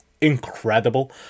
incredible